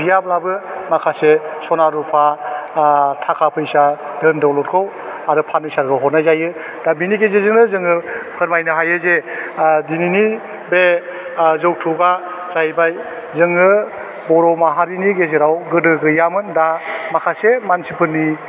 बियाब्लाबो माखासे सना रुफा आह थाखा फैसा दोन दौलदखौ आरो पार्टनिचारबो हरनाय जायो दा बिनि गेजेरजोंनो जोङो फोरमायनो हायो जे ओह दिनैनि बे आह जौथुबा जाहैबाय जोङो बर' माहारिनि गेजेराव गोदो गैयामोन दा माखासे मानसिफोरनि